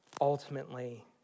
ultimately